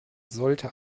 sollte